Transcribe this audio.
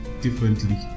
differently